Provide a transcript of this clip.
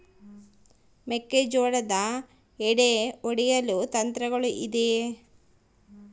ಮೆಕ್ಕೆಜೋಳದ ಎಡೆ ಒಡೆಯಲು ಯಂತ್ರಗಳು ಇದೆಯೆ?